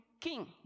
king